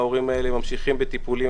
ההורים האלה ממשיכים בטיפולים,